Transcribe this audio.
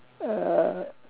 uh